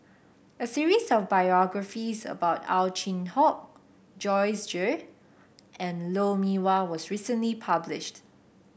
a series of biographies about Ow Chin Hock Joyce Jue and Lou Mee Wah was recently published